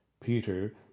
Peter